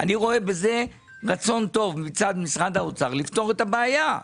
אני רואה בזה רצון טוב מצד משרד האוצר לפתור את הבעיה.